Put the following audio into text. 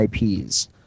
IPs